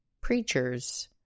preachers